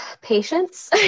Patience